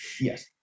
Yes